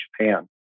Japan